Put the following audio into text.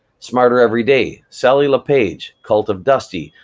smartereveryday, sally le page, cultofdusty,